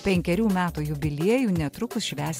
penkerių metų jubiliejų netrukus švęs